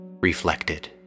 reflected